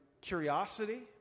curiosity